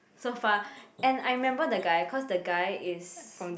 so far and I remember the guy cause the guy is